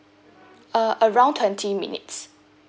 uh around twenty minutes